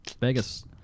Vegas